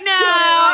now